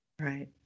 Right